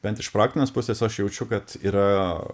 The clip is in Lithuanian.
bent iš praktinės pusės aš jaučiu kad yra